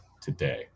today